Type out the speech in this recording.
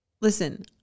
listen